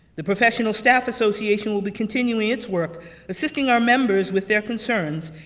the professional staff association will be continuing its work assisting our members with their concerns,